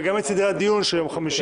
וגם את סדרי הדיון של יום חמישי.